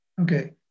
Okay